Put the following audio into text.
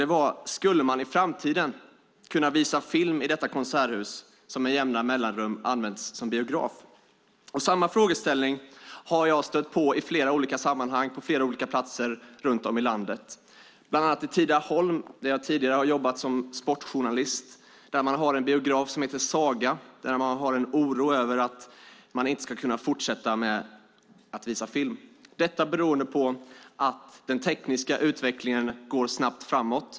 Det var: Skulle man i framtiden kunna visa film i konserthuset, som med jämna mellanrum använts som biograf? Samma frågeställning har jag stött på i flera olika sammanhang på flera olika platser runt om i landet. Bland annat har man i Tidaholm, där jag har jobbat som sportjournalist, en biograf som heter Saga. Där har man en oro över att man inte ska kunna fortsätta att visa film. Detta beror på att den tekniska utvecklingen går snabbt framåt.